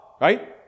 Right